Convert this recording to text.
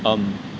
um